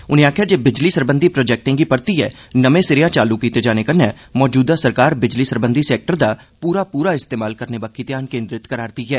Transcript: उनें आखेआ जे बिजली सरबंधी प्रोजेक्टे गी परतियै नमें सिरेया चालू कीते जाने कन्नै मौजूदा सरकार बिजली सरबंधी सैक्टर दा पूरा पूरा इस्तेमाल करने बक्खी ध्यान केन्द्रित करै'रदी ऐ